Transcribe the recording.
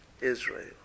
Israel